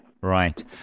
Right